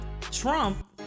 Trump